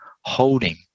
holding